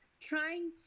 trying